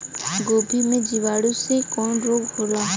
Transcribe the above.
गोभी में जीवाणु से कवन रोग होला?